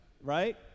right